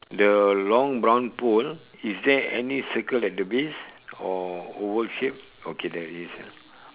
the long brown pole is there any circle at the base or oval shape okay there is ah